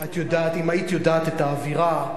אם היית יודעת את האווירה,